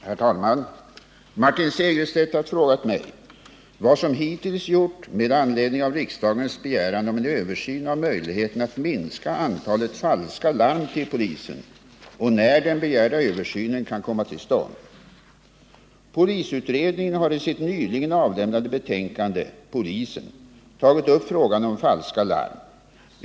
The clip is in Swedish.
Herr talman! Martin Segerstedt har frågat mig vad som hittills gjorts med anledning av riksdagens begäran om en översyn av möjligheterna att minska antalet falska larm till polisen och när den begärda översynen kan komma till stånd. Polisutredningen har i sitt nyligen avlämnade betänkande Polisen tagit upp frågan om falska larm.